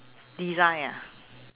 design ah